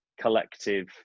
collective